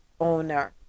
owner